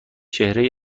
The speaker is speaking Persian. چهره